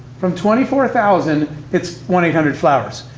from twenty four thousand, it's one eight hundred flowers,